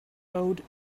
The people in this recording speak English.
owed